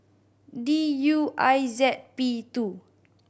D U I Z P two